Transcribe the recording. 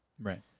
right